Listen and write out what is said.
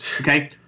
okay